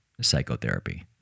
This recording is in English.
psychotherapy